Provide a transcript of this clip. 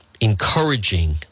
encouraging